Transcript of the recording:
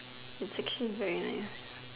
it's actually very nice